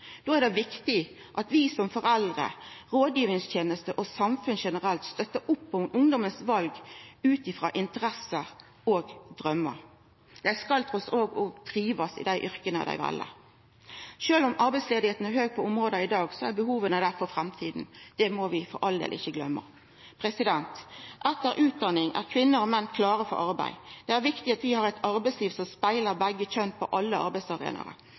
Då er det viktig at vi som foreldre, rådgivingstenesta og samfunnet generelt støttar opp om ungdommane sine val ut frå deira interesser og draumar. Dei skal trass alt òg trivast i dei yrka dei vel. Sjølv om arbeidsløysa er høg på enkelte område i dag, vil behova vera der i framtida. Det må vi for all del ikkje gløyma. Etter utdanninga er kvinner og menn klare for arbeid. Det er viktig at vi har eit arbeidsliv som speglar begge kjønn på alle